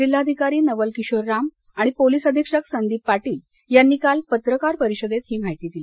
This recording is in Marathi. जिल्हाधिकारी नवल किशोर राम आणि पोलीस अधीक्षक संदीप पाटील यांनी काल पत्रकार परिषदेत ही माहिती दिली